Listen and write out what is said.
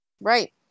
Right